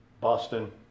Boston